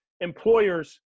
employers